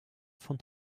von